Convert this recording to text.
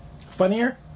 Funnier